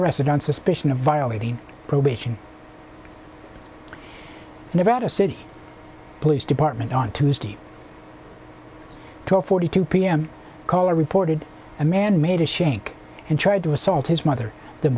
arrested on suspicion of violating probation and about a city police department on tuesday two forty two p m caller reported a man made a shank and tried to assault his mother the